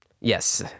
Yes